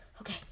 Okay